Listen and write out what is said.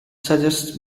suggests